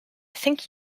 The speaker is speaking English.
think